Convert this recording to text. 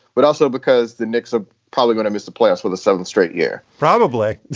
but also because the knicks are probably going to miss the playoffs for the seventh straight year. probably.